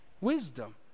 Wisdom